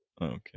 Okay